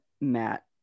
Matt